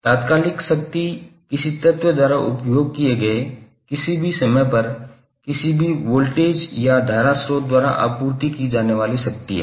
तात्कालिक शक्ति किसी तत्व द्वारा उपभोग किए गए किसी भी समय पर किसी भी वोल्टेज या धारा स्रोत द्वारा आपूर्ति की जाने वाली शक्ति है